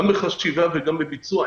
גם בחשיבה וגם בביצוע,